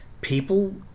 people